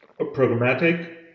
programmatic